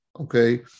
okay